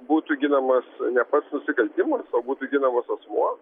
būtų ginamas ne pats nusikaltimas o būtų ginamas asmuo